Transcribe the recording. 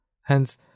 Hence